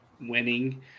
winning